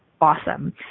awesome